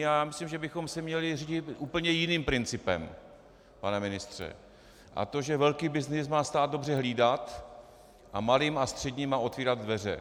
Já myslím, že bychom se měli řídit úplně jiným principem, pane ministře, a to že velký byznys má stát dobře hlídat a malým a středním má otvírat dveře.